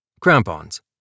Crampons